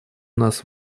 нас